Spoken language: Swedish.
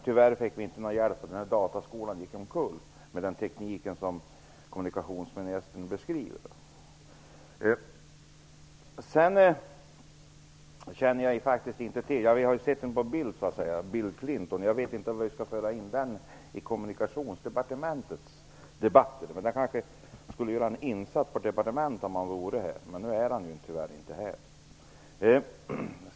Tyvärr fick vi ingen hjälp, och dataskolan där med den teknik som kommunikationsministern beskriver gick omkull. Jag känner faktiskt inte Bill Clinton men har sett honom på bild. Jag vet inte om vi skall föra in honom i den här debatten. Han kanske skulle kunna göra en insats för departementet om han vore här, men nu är han tyvärr inte här.